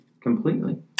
completely